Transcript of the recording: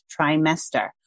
trimester